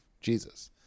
Jesus